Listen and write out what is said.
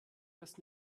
das